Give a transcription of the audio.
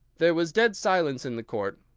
there was dead silence in the court,